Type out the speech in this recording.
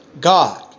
God